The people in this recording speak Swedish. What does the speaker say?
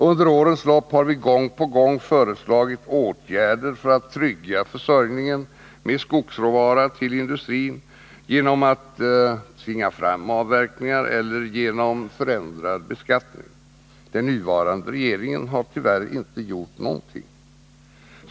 Under årens lopp har vi gång på gång föreslagit åtgärder för att trygga försörjningen med skogsråvara till industrin, genom att tvinga fram avverkning eller genom förändrad beskattning. Den nuvarande regeringen har tyvärr inte gjort någonting.